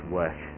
work